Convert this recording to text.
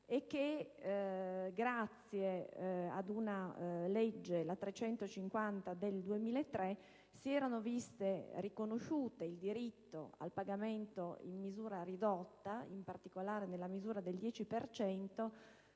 e che, grazie alla legge n. 350 del 2003, si erano viste riconosciute il diritto al pagamento in misura ridotta, in particolare nella misura del 10